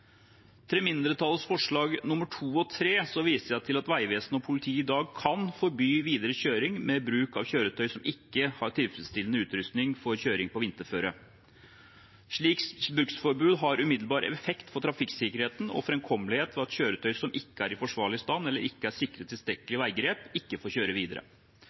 mindretallets forslag nr. 2 og 3, viser jeg til at Vegvesenet og politiet i dag kan forby videre kjøring med bruk av kjøretøy som ikke har tilfredsstillende utrustning for kjøring på vinterføre. Et slikt bruksforbud har umiddelbar effekt for trafikksikkerheten og framkommeligheten ved at kjøretøy som ikke er i forsvarlig stand, eller som ikke er sikret tilstrekkelig veigrep, ikke får kjøre videre.